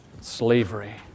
slavery